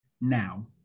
now